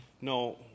no